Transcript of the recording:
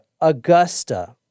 Augusta